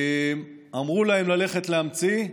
אמרו להם ללכת להמציא,